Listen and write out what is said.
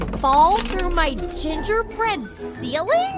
fall through my gingerbread ceiling?